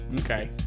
Okay